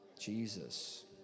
Jesus